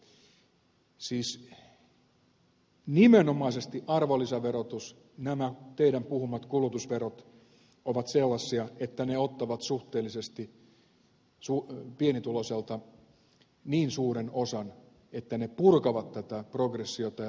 siis nimenomaisesti arvonlisäverotus nämä teidän puhumat kulutusverot ovat sellaisia että ne ottavat pienituloiselta niin suuren osan että ne purkavat tätä progressiota ja verotuksen maksukykyä